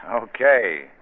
Okay